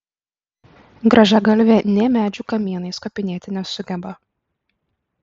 grąžiagalvė nė medžių kamienais kopinėti nesugeba